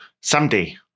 someday